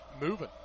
moving